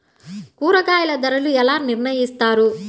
కూరగాయల ధరలు ఎలా నిర్ణయిస్తారు?